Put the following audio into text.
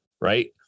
right